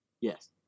Yes